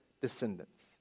descendants